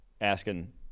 asking